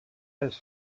pels